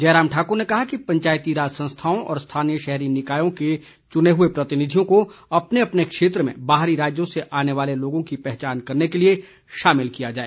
जयराम ठाकुर ने कहा कि पंचायती राज संस्थाओं व स्थानीय शहरी निकायों के चुने हुए प्रतिनिधियों को अपने अपने क्षेत्र में बाहरी राज्यों से आने वाले लोगों की पहचान करने के लिए शामिल किया जाए